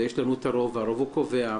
ויש לנו הרוב והרוב קובע,